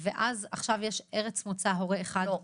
ועכשיו יש ארץ מוצא הורה -- לא.